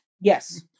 Yes